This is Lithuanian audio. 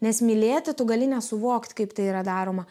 nes mylėti tu gali nesuvokti kaip tai yra daroma